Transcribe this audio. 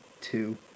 two